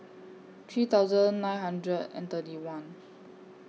three thousand nine hundred and thirty one